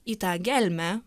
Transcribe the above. į tą gelmę